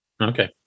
Okay